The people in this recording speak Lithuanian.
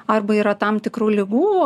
arba yra tam tikrų ligų